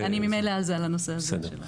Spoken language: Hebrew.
אני ממילא על הנושא הזה.